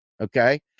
okay